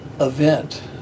event